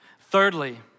Thirdly